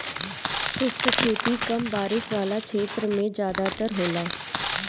शुष्क खेती कम बारिश वाला क्षेत्र में ज़्यादातर होला